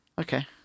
Okay